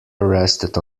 arrested